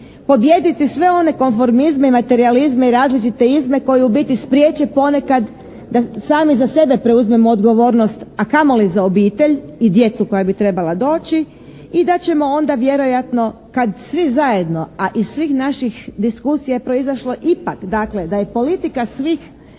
pobijediti sve one konformizme i materijalizme i različite izme koji u biti spriječe ponekad da sami za sebe preuzmemo odgovornost, a kamoli za obitelj i djecu koja bi trebala doći i da ćemo onda vjerojatno kad svi zajedno, a iz svih naših diskusija je proizašlo ipak dakle da je politika svih